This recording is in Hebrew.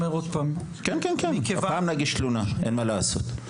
כן כן הפעם נגיש תלונה אין מה לעשות.